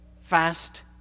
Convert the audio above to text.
Fast